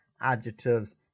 adjectives